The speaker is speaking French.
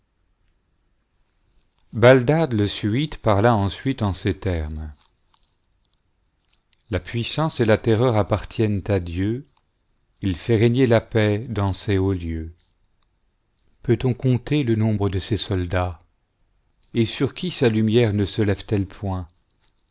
baldad le subite parla ensuite en ces termes la puissance et la terreur appartiennent à dieu il fait régner la paix dans ses bauts lieux peut-on compter le nombre de ses soldats et sur qui sa lumière ne se lève-t-elle point